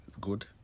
good